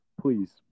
please